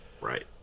Right